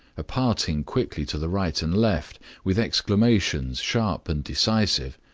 a parting quickly to the right and left, with exclamations sharp and decisive.